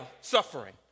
suffering